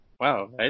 Wow